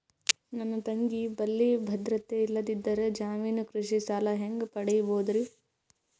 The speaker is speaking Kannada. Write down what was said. ನನ್ನ ತಂಗಿ ಬಲ್ಲಿ ಭದ್ರತೆ ಇಲ್ಲದಿದ್ದರ, ಜಾಮೀನು ಕೃಷಿ ಸಾಲ ಹೆಂಗ ಪಡಿಬೋದರಿ?